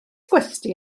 gwesty